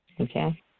Okay